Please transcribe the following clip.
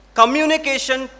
communication